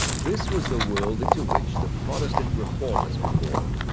this was the world into which the protestant reformers were born.